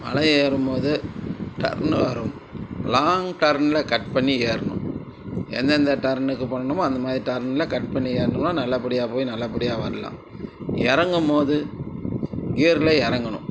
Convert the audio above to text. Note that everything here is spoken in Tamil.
மலையேறும்போது டர்னு வரும் லாங் டர்னில் கட் பண்ணி ஏறணும் எந்தெந்த டர்னுக்கு பண்ணணுமோ அந்த மாதிரி டர்னில் கட் பண்ணி ஏறணுமோ நல்லபடியாகப் போய் நல்லபடியாக வரலாம் இறங்கும்மோது கியரில் இறங்கணும்